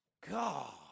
God